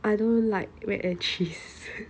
I don't like mac and cheese